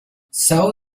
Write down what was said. sow